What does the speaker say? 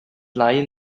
lie